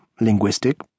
linguistic